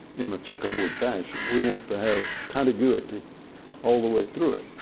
in a checkerboard fashion. we want to have contiguity all the way through it.